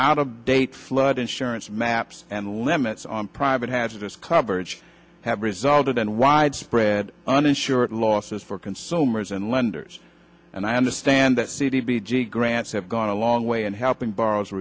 out of date flood insurance maps and limits on private hazardous coverage have resulted in widespread uninsured losses for consumers and lenders and i understand that c d g grants have gone a long way in helping b